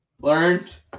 learned